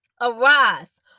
arise